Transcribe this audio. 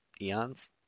eons